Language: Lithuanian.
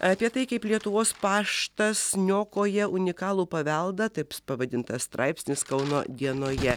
apie tai kaip lietuvos paštas niokoja unikalų paveldą taip pavadintas straipsnis kauno dienoje